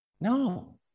No